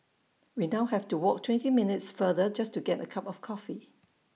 we now have to walk twenty minutes farther just to get A cup of coffee